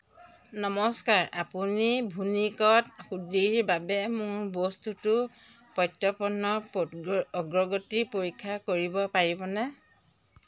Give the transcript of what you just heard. নমস্কাৰ আপুনি ভুনিকত হুডিৰ বাবে মোৰ বস্তুটোৰ প্ৰত্যৰ্পণৰ অগ্ৰগতি পৰীক্ষা কৰিব পাৰিবনে